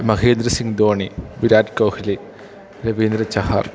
Mahendra Singh Dhoni Virat Kohli Ravindra Chahar